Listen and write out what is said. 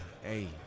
hey